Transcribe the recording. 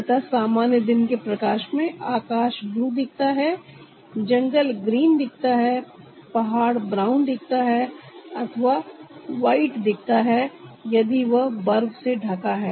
अतः सामान्य दिन के प्रकाश में आकाश ब्लू दिखता है जंगल ग्रीन दिखता है पहाड़ ब्राउन दिखता है अथवा वाइट दिखता है यदि यह बर्फ से ढका है